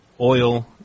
oil